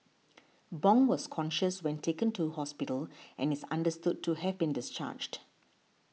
bong was conscious when taken to hospital and is understood to have been discharged